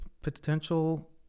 potential